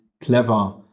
clever